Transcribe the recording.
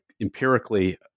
empirically